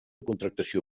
contractació